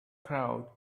crowd